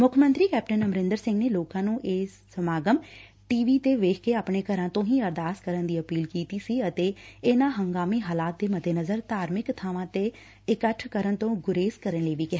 ਮੁੱਖ ਮੰਤਰੀ ਕੈਪਟਨ ਅਮਰਿੰਦਰ ਸਿੰਘ ਨੇ ਲੋਕਾਂ ਨੂੰ ਇਹ ਸਮਾਗਮ ਟੀ ਵੀ ਤੇ ਵੇਖ ਕੇ ਆਪਣੇ ਘਰਾਂ ਤੋ ਹੀ ਅਰਦਾਸ ਕਰਨ ਦੀ ਅਪੀਲ ਕੀਤੀ ਅਤੇ ਇਨਾਂ ਹੰਗਾਮੀ ਹਾਲਾਤ ਦੇ ਮੱਦੇਨਜ਼ਰ ਧਾਰਮਿਕ ਬਾਵਾਂ ਤੇ ਇਕੱਠ ਕਰਨ ਤੋ ਗਰੇਜ਼ ਕਰਨ ਲਈ ਵੀ ਕਿਹਾ